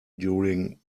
during